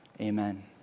amen